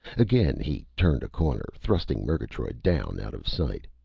again he turned a corner, thrusting murgatroyd down out of sight.